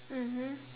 mmhmm